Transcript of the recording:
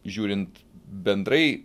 žiūrint bendrai